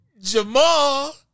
Jamal